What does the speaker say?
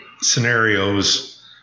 scenarios